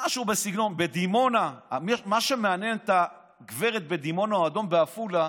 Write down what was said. משהו בסגנון: הגברת בדימונה או האדון בעפולה,